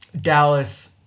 Dallas